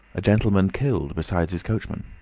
a gentleman killed, besides his coachman.